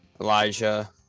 Elijah